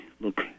look